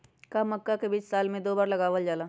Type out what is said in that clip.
का मक्का के बीज साल में दो बार लगावल जला?